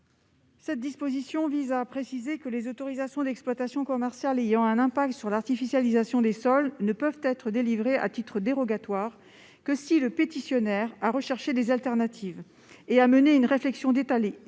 Cette disposition précise que les autorisations d'exploitation commerciale ayant un impact sur l'artificialisation des sols ne peuvent être délivrées à titre dérogatoire que si le pétitionnaire a recherché des solutions de substitution et mené une réflexion détaillée